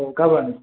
औ गाबोन